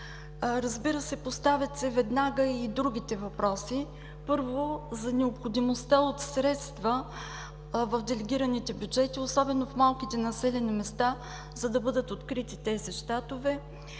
Разбира се, поставят се веднага и другите въпроси. Първо, за необходимостта от средства в делегираните бюджети, особено в малките населени места, за да бъдат открити тези щатове.